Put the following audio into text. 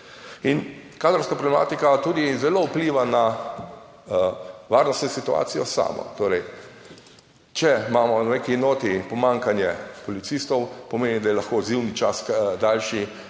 in kadrovska problematika tudi zelo vpliva na varnostno situacijo samo, torej če imamo v neki enoti pomanjkanje policistov, pomeni, da je lahko odzivni čas daljši,